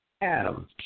Adam